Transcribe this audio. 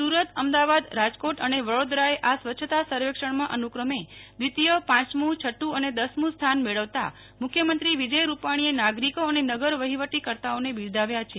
સુરત અમદાવાદ રાજકોટ અને વડોદરાએ આ સ્વચ્છતા સર્વેક્ષણમાં અનુક્રમે દ્વિતીય પાંચમું છઠું અને દસમું સ્થાન મેળવતા મુખ્યમંત્રી વિજય રૂપાણીએ નાગરિકો અને નગર વહીવટકર્તા ઓને બિરદાવ્યા છે